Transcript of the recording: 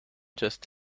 just